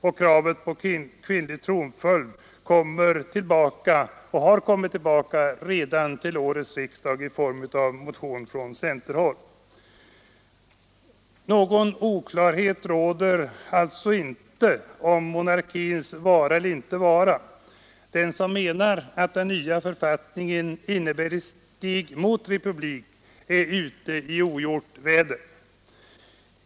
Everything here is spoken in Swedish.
Kravet på kvinnlig tronföljd kommer tillbaka redan vid årets riksdag i form av en centermotion. Någon oklarhet råder alltså inte om monarkins vara eller inte vara. Den som menar att den nya författningen innebär ett steg mot republik är ute i ogjort väder.